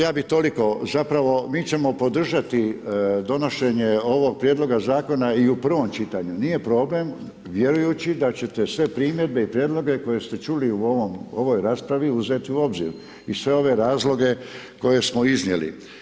Ja bi toliko, zapravo mi ćemo podržati donošenje ovog prijedloga zakona i u prvom čitanju, nije problem, vjerujući da ćete sve primjedbe i prijedloge koje ste čuli u ovoj raspravi uzeti u obzir i sve ove razloge koje smo iznijeli.